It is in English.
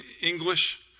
English